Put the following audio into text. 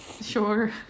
sure